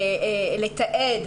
לתעד,